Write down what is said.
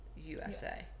USA